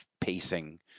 pacing